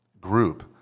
group